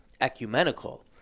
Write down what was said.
ecumenical